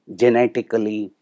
genetically